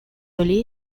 relais